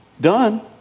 done